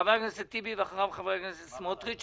חבר הכנסת טיבי ואחריו, חבר הכנסת סמוטריץ'.